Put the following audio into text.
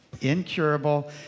incurable